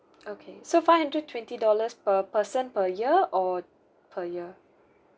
okay so five hundred twenty dollars per person per year or per year